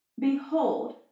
behold